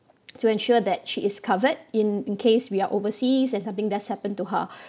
to ensure that she is covered in in case we are overseas and something does happen to her